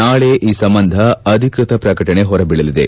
ನಾಳೆ ಈ ಸಂಬಂಧ ಅಧಿಕೃತ ಪ್ರಕಟಣೆ ಹೊರಬೀಳಲಿದೆ